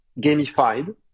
gamified